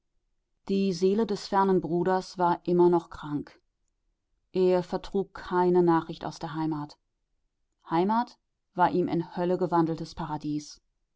die seele des fernen bruders war immer noch krank er vertrug keine nachricht aus der heimat heimat war ihm in hölle gewandeltes paradies